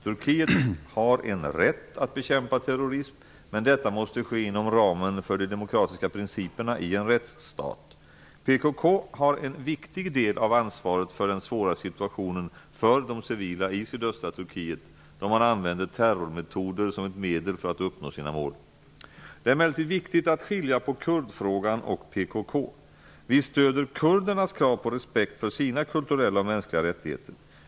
Turkiet har en rätt att bekämpa terrorism, men detta måste ske inom ramen för de demokratiska principerna i en rättsstat. PKK har en viktig del av ansvaret för den svåra situationen för de civila i sydöstra Turkiet, då man använder terrormetoder som ett medel för att uppnå sina mål. Det är emellertid viktigt att skilja på kurdfrågan och PKK. Vi stöder kurdernas krav på respekt för sina kulturella och mänskliga rättigheter.